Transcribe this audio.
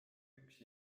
üks